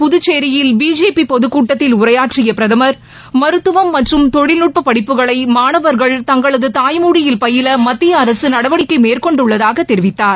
பின்னர் புதுச்சேரியில் பிஜேபி பொதுக்கூட்டத்தில் உரையாற்றிய பிரதமர் மருத்துவம் மற்றும் தொழில்நுட்ப படிப்புகளை மாணவர்கள் தங்களது தாய்மொழியில் பயில மத்திய அரசு நடவடிக்கை மேற்கொண்டுள்ளதாக தெரிவித்தார்